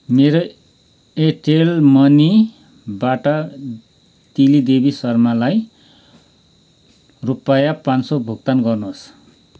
मेरो एयरटेल मनीबाट तिली देवी शर्मालाई रुपैयाँ पाचँ सौ भुक्तान गर्नुहोस्